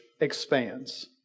expands